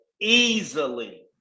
easily